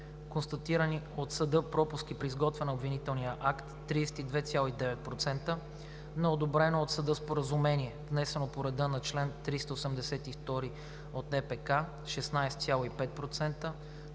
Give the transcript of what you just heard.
констатирани от съда пропуски при изготвяне на обвинителния акт – 32,9%; неодобрено от съда споразумение, внесено по реда на чл. 382 НПК – 16,5%;